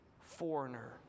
foreigner